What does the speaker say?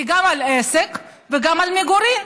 גם על עסק וגם על מגורים.